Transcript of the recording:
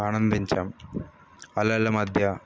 ఆనందించాము అలల మద్య